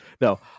No